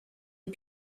est